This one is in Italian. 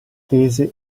tese